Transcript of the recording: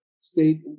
state